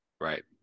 right